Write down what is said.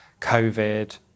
COVID